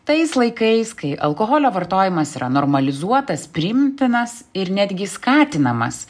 tais laikais kai alkoholio vartojimas yra normalizuotas priimtinas ir netgi skatinamas